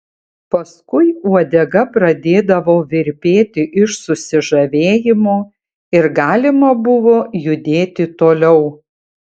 paskui uodega pradėdavo virpėti iš susižavėjimo ir galima buvo judėti toliau